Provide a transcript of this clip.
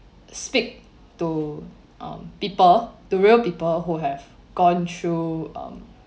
speak to um people to real people who have gone through um